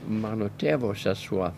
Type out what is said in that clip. mano tėvo sesuo